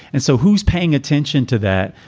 and so who's paying attention to that?